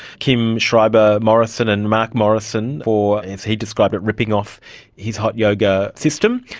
kim schreiber-morrison and mark morrison for, as he described it, ripping off his hot yoga system.